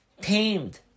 tamed